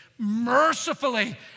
mercifully